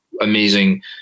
amazing